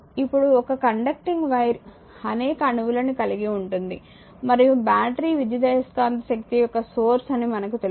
ఎప్పుడు ఒక conducting wire అనేక అణువులను కలిగి ఉంటుంది మరియు బ్యాటరీ విద్యుదయస్కాంత శక్తి యొక్క సోర్స్ అని మనకు తెలుసు